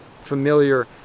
familiar